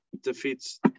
defeats